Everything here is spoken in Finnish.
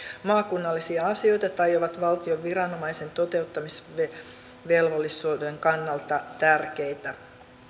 maakunnallisia asioita tai ovat valtion viranomaisen toteuttamisvelvollisuuden kannalta tärkeitä